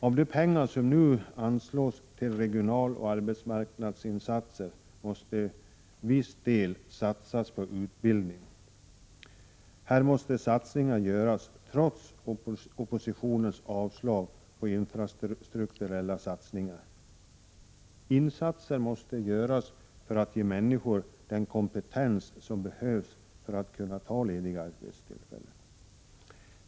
Av de pengar som nu anslås till regionala insatser och arbetsmarknadsinsatser måste en tiss del satsas på utbildning. Här måste satsningar göras, trots att oppositionen säger nej till infrastrukturella satsningar. Insatser måste göras för att ge människor den kompetens som de behöver för att kunna ta lediga arbeten.